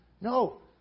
No